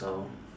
so